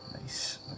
nice